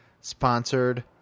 sponsored